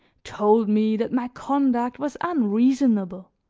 told me that my conduct was unreasonable,